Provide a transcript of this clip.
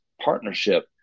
partnership